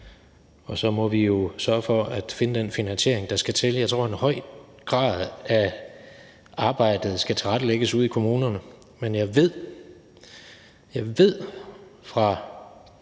Og så må vi jo sørge for at finde den finansiering, der skal til. Jeg tror, at arbejdet i høj grad skal tilrettelægges ude i kommunerne, men jeg ved fra